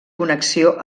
connexió